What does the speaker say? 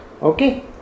Okay